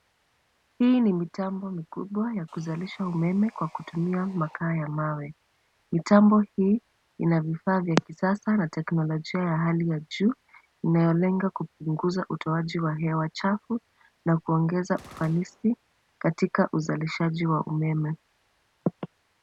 Hii ni mitambo mikubwa ya kuzalisha umeme kwa kutumia makaa ya mawe. Mitambo hii ina vifaa vya kisasa na teknolojia ya hali ya juu, inayolenga kupunguza utoaji wa hewa chafu na kuongeza ufanisi katika uzalishaji wa umeme.